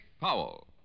Powell